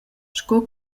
sco